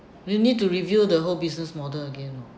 you need to review the whole business model again oh